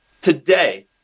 today